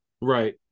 Right